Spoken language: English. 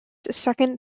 second